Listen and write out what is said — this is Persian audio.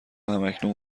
همکنون